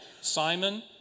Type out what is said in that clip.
Simon